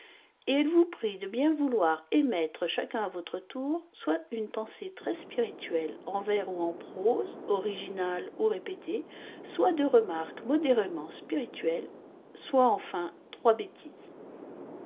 et elle vous prie de bien vouloir émettre chacun à votre tour soit une pensée très spirituelle en vers ou en prose originale ou répétée soit deux remarques modérément spirituelles soit enfin trois bêtises